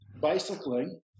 bicycling